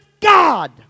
God